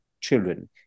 children